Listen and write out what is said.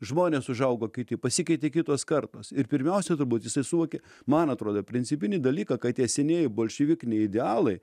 žmonės užaugo kiti pasikeitė kitos kartos ir pirmiausia turbūt jisai suvokė man atrodo principinį dalyką kad tie senieji bolševikiniai idealai